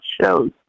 shows